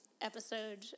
episode